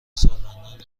سالمندان